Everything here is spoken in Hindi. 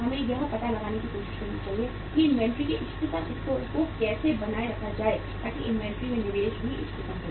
हमें यह पता लगाने की कोशिश करनी चाहिए कि इन्वेंट्री के इष्टतम स्तर को कैसे बनाए रखा जाए ताकि इन्वेंट्री में निवेश भी इष्टतम हो